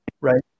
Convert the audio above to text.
Right